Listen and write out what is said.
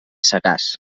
sagàs